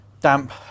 damp